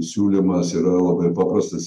siūlymas yra labai paprastas